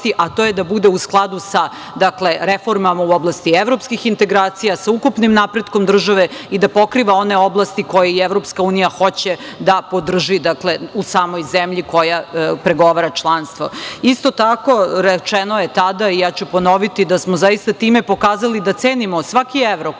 a to je da bude u skladu sa reformama u oblasti evropskih integracija, sa ukupnim napretkom države i da pokriva one oblasti koje i Evropska unija hoće da podrži u samoj zemlji koja pregovara članstvo. Isto tako, rečeno je tada i ja ću ponoviti da smo zaista time pokazali da cenimo svaki evro